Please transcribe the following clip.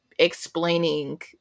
explaining